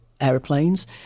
aeroplanes